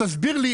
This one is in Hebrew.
תסביר לי,